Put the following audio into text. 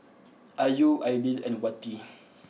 Ayu Aidil and Wati